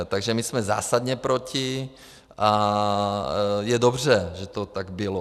Takže my jsme zásadně proti a je dobře, že to tak bylo.